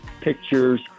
pictures